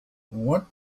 what